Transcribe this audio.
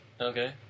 Okay